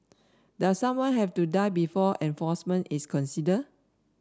does someone have to die before enforcement is considered